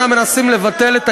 על-פי פקודת העיריות,